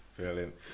Brilliant